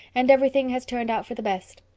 and everything has turned out for the best.